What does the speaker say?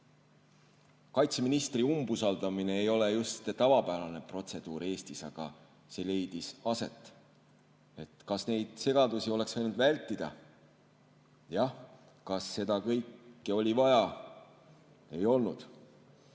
Kaitseministri umbusaldamine ei ole just tavapärane protseduur Eestis, aga see leidis aset. Kas neid segadusi oleks võinud vältida? Jah. Kas seda kõike oli vaja? Ei olnud.